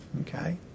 Okay